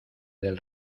del